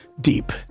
deep